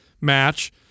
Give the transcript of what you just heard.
match